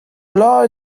bloaz